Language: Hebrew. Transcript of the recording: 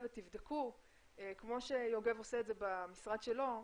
ותבדקו כמו שיוגב עושה את זה במשרד שלו,